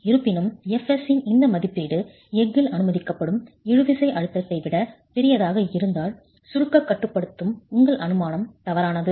இருப்பினும் fs இன் இந்த மதிப்பீடு எஃகில் அனுமதிக்கப்படும் இழுவிசை அழுத்தத்தை விட பெரியதாக இருந்தால் சுருக்கக் கட்டுப்படுத்தும் உங்கள் அனுமானம் தவறானது